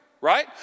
right